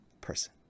person